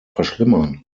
verschlimmern